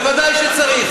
בוודאי שצריך.